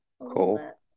Cool